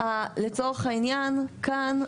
לצורך העניין כאן,